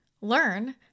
learn